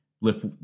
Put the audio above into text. lift